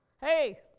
Hey